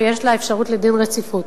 ויש לה אפשרות לדין רציפות.